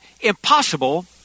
impossible